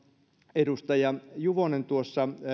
edustaja juvonen tuossa